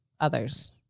others